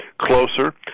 closer